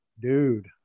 Dude